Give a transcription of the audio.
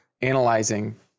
analyzing